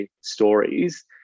stories